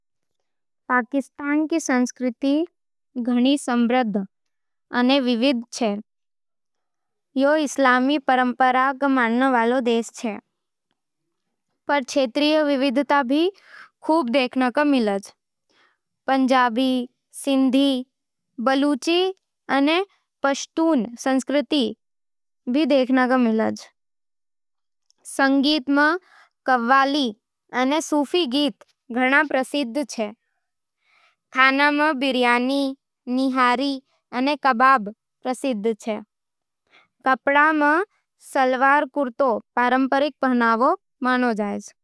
पाकिस्तान रो संस्कृति घणो समृद्ध अने विविध छे। ई इस्लामी परंपरावां सै गहरी जुड़ेली है, पर क्षेत्रीय विविधता भी खूब देखण ने मिले। पंजाबी, सिंधी, बलूची अने पश्तून संस्कृति रो मेल इहाँ दिखे। संगीत में कव्वाली अने सूफी गीत घणो प्रसिद्ध छे। खाना में बिरयानी, निहारी अने कबाब पसंद छे। कपड़ा में शलवार-कुर्ता पारंपरिक पहरावो होवे।